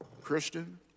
christian